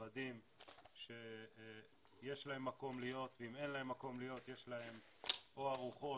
מוודאים שיש להן מקום להיות ואם אין להן מקום להיות יש להן או ארוחות,